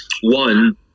One